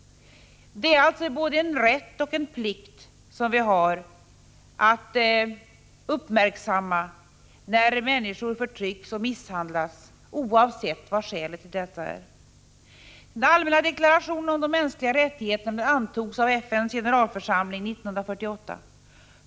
Det är alltså både en rätt och en plikt att uppmärksamma när människor förtrycks och misshandlas, oavsett vad skälet är. FN:s generalförsamling 1948.